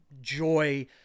joy